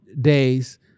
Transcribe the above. days